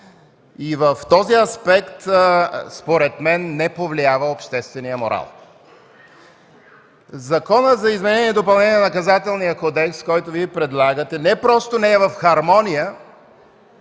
в този аспект не повлиява обществения морал. Законът за изменение и допълнение на Наказателния кодекс, който Вие предлагате, не просто не е в хармония,